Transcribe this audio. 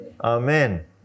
Amen